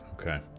Okay